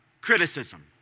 criticism